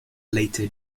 later